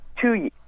two